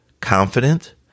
confident